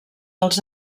els